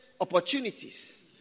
opportunities